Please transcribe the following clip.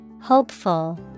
Hopeful